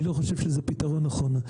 אני לא חושב שזה פתרון נכון.